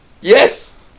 yes